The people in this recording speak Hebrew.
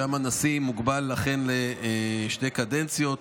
שם הנשיא מוגבל לשתי קדנציות.